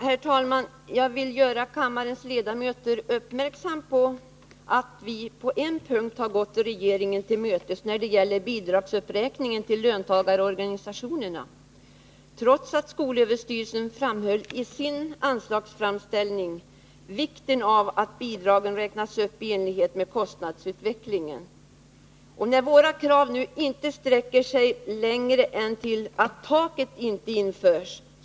Herr talman! Jag vill göra kammarens ledamöter uppmärksamma på att vi på en punkt har gått regeringen till mötes, nämligen när det gäller uppräkningen av bidragen till löntagarorganisationerna, och att vi har gjort det trots att skolöverstyrelsen i sin anslagsframställning framhållit vikten av att bidragen räknas upp i takt med kostnadsutvecklingen. Våra krav sträcker sig nu inte längre än till att ett tak för antalet kurser inte skall införas.